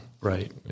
Right